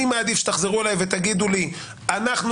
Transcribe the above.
אני מעדיף שתחזרו אלי ותגידו לי: אנחנו